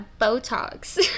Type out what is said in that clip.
botox